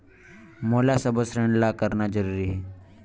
मोला सबो ऋण ला करना जरूरी हे?